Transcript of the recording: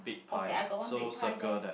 okay I got one big pie there